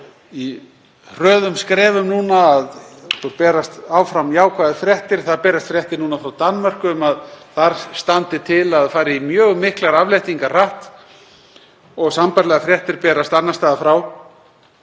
hröðum skrefum núna að okkur áfram berist jákvæðar fréttir. Það berast fréttir núna frá Danmörku um að þar standi til að fara í mjög miklar afléttingar hratt og sambærilegar fréttir berast annars staðar frá.